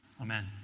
amen